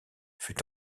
fut